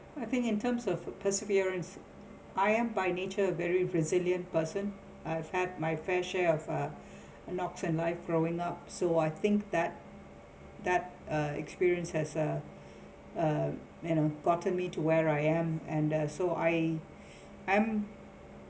I think in terms of perseverance I am by nature very resilient person I've had my fair share of uh a knocks in life growing up so I think that that uh experience has uh uh you know gotten me to where I am and uh so I am